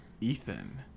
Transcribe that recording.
Ethan